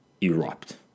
erupt